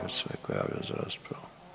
Jel se netko javio za raspravu?